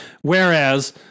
whereas